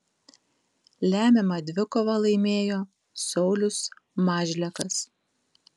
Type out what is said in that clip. lemiamą dvikovą laimėjo saulius mažlekas